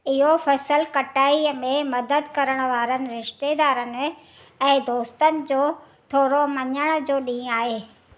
इहो फ़सुल कटाईअ में मदद करणु वारनि रिश्तेदारनि ऐं दोस्तनि जो थोरो मञण जो ॾींहुं आहे